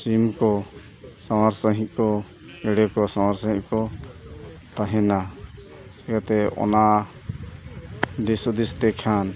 ᱥᱤᱢ ᱠᱚ ᱥᱟᱶᱟᱨ ᱥᱟᱹᱦᱤ ᱠᱚ ᱜᱮᱰᱮ ᱠᱚ ᱥᱟᱶᱟᱨ ᱥᱟᱹᱦᱤ ᱠᱚ ᱛᱟᱦᱮᱱᱟ ᱡᱟᱛᱮ ᱚᱱᱟ ᱫᱤᱥ ᱦᱩᱫᱤᱥ ᱛᱮᱠᱷᱟᱱ